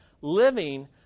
Living